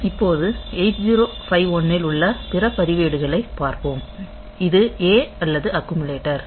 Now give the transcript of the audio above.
இப்போது 8051 உள்ள பிற பதிவேடுகளைப் பார்ப்போம் இது A அல்லது அக்குமுலேட்டர்